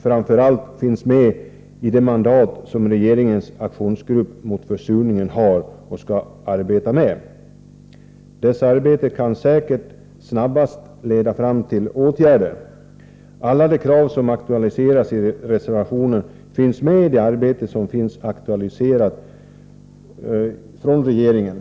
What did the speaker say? Framför allt finns det med i det mandat som regeringens aktionsgrupp mot försurningen har och skall arbeta med. Dess arbete kan säkert snabbast leda fram till åtgärder. Alla de krav som ställs i reservationen finns med i det arbete som har aktualiserats av regeringen.